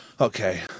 Okay